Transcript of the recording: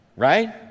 right